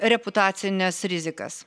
reputacines rizikas